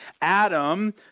Adam